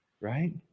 Right